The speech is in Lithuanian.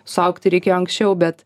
suaugti reikėjo anksčiau bet